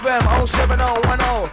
07010